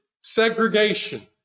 segregation